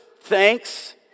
thanks